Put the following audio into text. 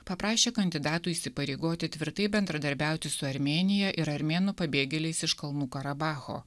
paprašė kandidatų įsipareigoti tvirtai bendradarbiauti su armėnija ir armėnų pabėgėliais iš kalnų karabacho